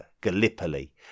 Gallipoli